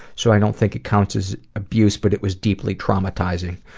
so i don't think it counts as abuse, but it was deeply traumatizing.